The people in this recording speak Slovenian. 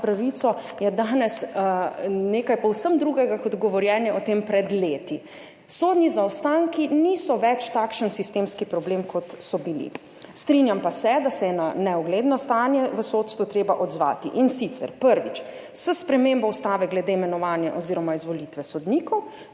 pravico, danes nekaj povsem drugega kot govorjenje o tem pred leti. Sodni zaostanki niso več takšen sistemski problem, kot so bili. Strinjam pa se, da se je na neugledno stanje v sodstvu treba odzvati, in sicer prvič, s spremembo ustave glede imenovanja oziroma izvolitve sodnikov,